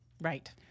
Right